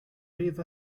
bydd